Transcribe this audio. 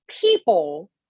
people